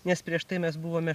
nes prieš tai mes buvome